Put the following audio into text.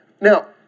Now